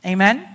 Amen